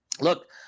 look